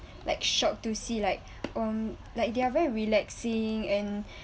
like shocked to see like um like they are very relaxing and